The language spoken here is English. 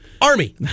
Army